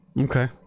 Okay